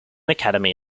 academy